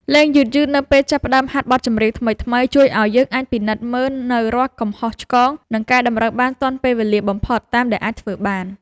លេងយឺតៗនៅពេលចាប់ផ្តើមហាត់បទចម្រៀងថ្មីៗជួយឱ្យយើងអាចពិនិត្យមើលនូវរាល់កំហុសឆ្គង និងកែតម្រូវបានទាន់ពេលវេលាបំផុតតាមដែលអាចធ្វើបាន។